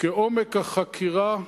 כעומק החקירה,